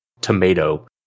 tomato